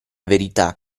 verità